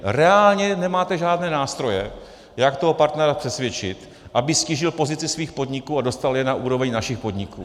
Reálně nemáte žádné nástroje, jak toho partnera přesvědčit, aby ztížil pozici svých podniků a dostal je na úroveň našich podniků.